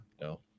No